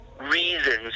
reasons